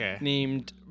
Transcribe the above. named